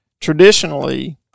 Traditionally